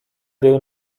był